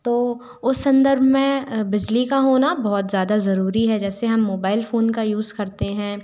तो उस संदर्भ में बिजली का होना बहुत ज़्यादा ज़रूरी है जैसे हम मोबाइल फ़ोन का यूज़ करते हैं